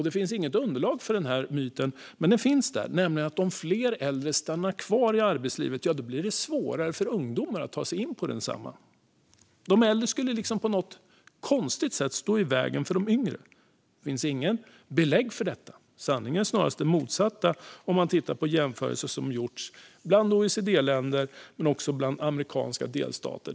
Det finns inget underlag för den myten, men den finns där. Det är att om fler äldre stannar kvar i arbetslivet blir det svårare för ungdomar att ta sig in i detsamma. De äldre skulle på något konstigt sätt stå i vägen för de yngre. Det finns inget belägg för detta. Sanningen är snarast det motsatta om man tittar på jämförelser som gjorts bland OECD-länder men också bland amerikanska delstater.